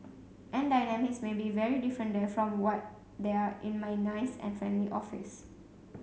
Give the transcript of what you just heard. and dynamics may be very different there from what they are in my nice and friendly office